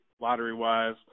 lottery-wise